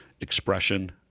expression